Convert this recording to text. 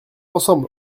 ensemble